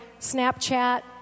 Snapchat